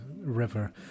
river